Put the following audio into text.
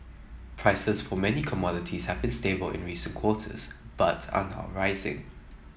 prices for many commodities have been stable in recent quarters but are now rising